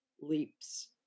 leaps